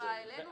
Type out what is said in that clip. העירייה.